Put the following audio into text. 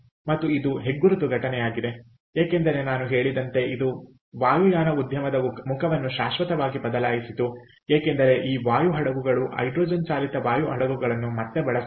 ಮತ್ತು ಇದು ಹೆಗ್ಗುರುತು ಘಟನೆಯಾಗಿದೆ ಏಕೆಂದರೆ ನಾನು ಹೇಳಿದಂತೆ ಇದು ವಾಯುಯಾನ ಉದ್ಯಮದ ಮುಖವನ್ನು ಶಾಶ್ವತವಾಗಿ ಬದಲಾಯಿಸಿತು ಏಕೆಂದರೆ ಈ ವಾಯು ಹಡಗುಗಳು ಹೈಡ್ರೋಜನ್ ಚಾಲಿತ ವಾಯು ಹಡಗುಗಳನ್ನು ಮತ್ತೆ ಬಳಸಲಿಲ್ಲ